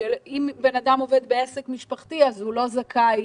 שאם בן אדם עובד בעסק משפחתי, הוא לא זכאי